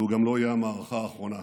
והוא גם לא יהיה המערכה האחרונה.